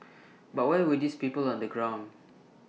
but where were these people on the ground